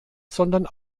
sondern